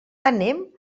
anem